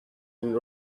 and